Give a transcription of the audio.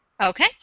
Okay